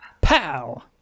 Pow